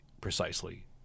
precisely